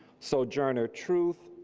sojourner truth,